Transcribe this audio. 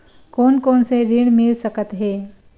कोन कोन से ऋण मिल सकत हे?